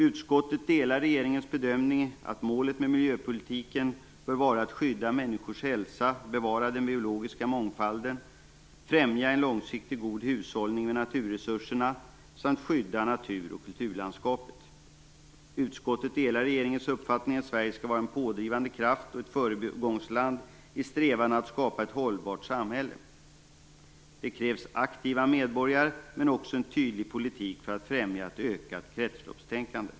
Utskottet delar regeringens bedömning att målet med miljöpolitiken bör vara att skydda människors hälsa, bevara den biologiska mångfalden, främja en långsiktig, god hushållning med naturresurserna samt skydda natur och kulturlandskapet. Utskottet delar regeringens uppfattning att Sverige skall vara en pådrivande kraft och ett föregångsland i strävan att skapa ett hållbart samhälle. Det krävs aktiva medborgare men också en tydlig politik för att främja ett ökat kretsloppstänkande.